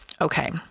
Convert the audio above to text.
okay